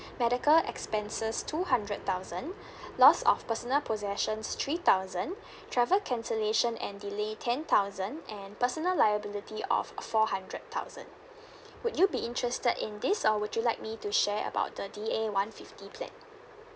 medical expenses two hundred thousand loss of personal possessions three thousand travel cancellation and delay ten thousand and personal liability of four hundred thousand would you be interested in this or would you like me to share about the D A one fifty plan